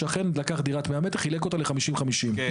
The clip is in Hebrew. השכן לקח דירת 100 מ"ר וחילק אותה ל-50 50. כן.